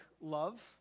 love